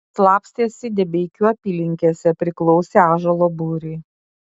slapstėsi debeikių apylinkėse priklausė ąžuolo būriui